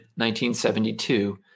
1972